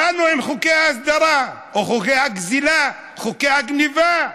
באנו עם חוקי ההסדרה או חוקי הגזלה, חוקי הגנבה.